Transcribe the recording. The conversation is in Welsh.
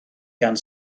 gan